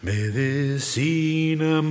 Medicina